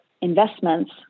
investments